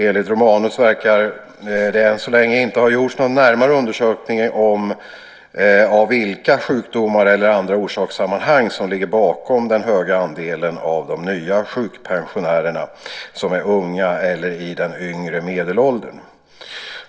Enligt Romanus verkar det än så länge inte ha gjorts några närmare undersökningar av vilka sjukdomar eller andra orsakssammanhang som ligger bakom den stora andelen av de nya "sjukpensionärerna" som är unga eller i den yngre medelåldern.